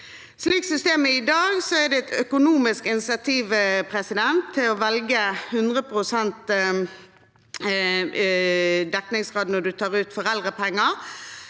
i dag, er det et økonomisk insentiv til å velge 100 pst. dekningsgrad når man tar ut foreldrepenger.